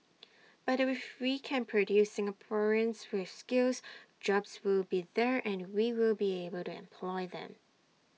but if we can produce Singaporeans with skills jobs will be there and we will be able to employ them